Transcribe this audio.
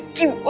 you?